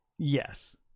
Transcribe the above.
Yes